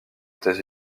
états